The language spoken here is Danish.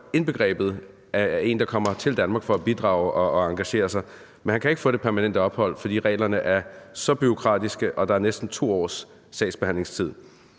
indbegrebet af en, der kommer til Danmark for at bidrage og engagere sig, men han kan ikke få permanent opholdstilladelse, fordi reglerne er så bureaukratiske, og der er næsten 2 års sagsbehandlingstid.